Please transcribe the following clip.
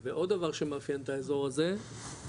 ועוד דבר שמאפיין את האזור הזה שלצערנו,